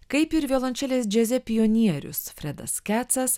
kaip ir violončelės džiaze pionierius fredas kecas